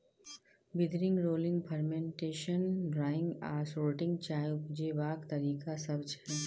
withering, rolling, fermentation, drying आ sorting चाय उपजेबाक तरीका सब छै